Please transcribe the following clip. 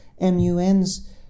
MUNs